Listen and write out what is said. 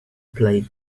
plate